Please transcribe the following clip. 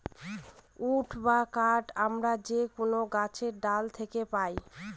would বা কাঠ আমরা যে কোনো গাছের ডাল থাকে পাই